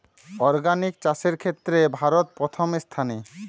organic চাষের ক্ষেত্রে ভারত প্রথম স্থানে